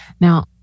Now